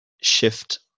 shift